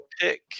pick